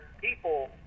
people